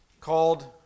called